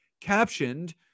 captioned